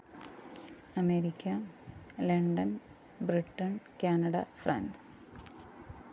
America London Britain Canada France